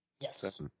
Yes